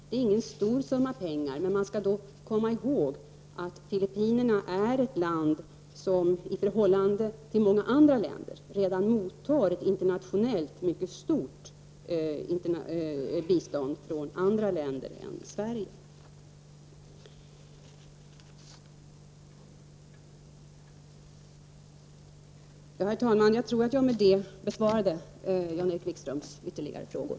Det är ingen stor summa pengar, men man skall komma ihåg att Filippinerna är ett land som i förhållande till många andra länder redan mottar ett internationellt mycket stort bistånd från andra länder än Sverige. Herr talman! Jag tror att jag därmed har besvarat Jan-Erik Wikströms ytterligare frågor.